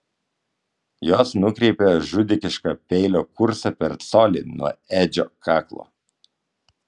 jos nukreipė žudikišką peilio kursą per colį nuo edžio kaklo